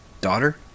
daughter